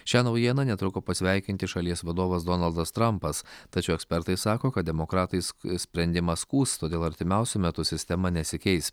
šią naujieną netruko pasveikinti šalies vadovas donaldas trampas tačiau ekspertai sako kad demokratais sprendimą skųs todėl artimiausiu metu sistema nesikeis